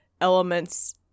elements